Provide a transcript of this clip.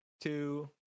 two